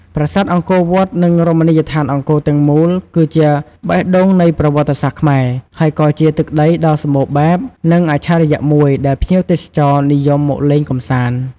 ប្រាសាទអង្គរវត្ត និងរមណីយដ្ឋានអង្គរទាំងមូល គឺជាបេះដូងនៃប្រវត្តិសាស្រ្តខ្មែរ ហើយក៏ជាទឹកដីដ៏សម្បូរបែប និងអច្ឆរិយៈមួយដែលភ្ញៀវទេសចរនិយមមកលេងកម្សាន្ត។